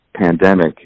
pandemic